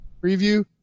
Preview